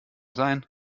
sein